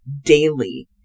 daily